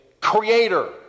creator